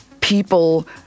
people